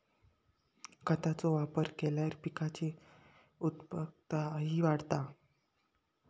खतांचो वापर केल्यार पिकाची उत्पादकताही वाढता